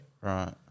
Right